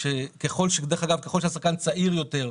דרך אגב, ככל שהשחקן צעיר יותר,